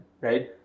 right